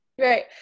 Right